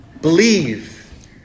believe